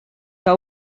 que